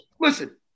Listen